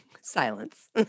silence